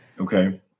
Okay